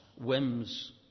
Whims